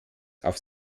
auf